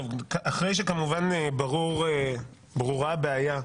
אחרי שכמובן ברורה הבעיה,